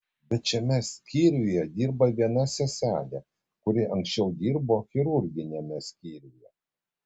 bet šiame skyriuje dirba viena seselė kuri anksčiau dirbo chirurginiame skyriuje